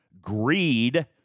greed